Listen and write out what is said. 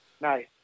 Nice